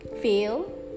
fail